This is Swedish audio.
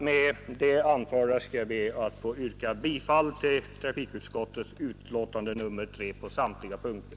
Med det anförda skall jag be att få yrka bifall till trafikutskottets förslag i dess betänkande nr 3 på samtliga punkter.